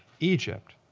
egypt.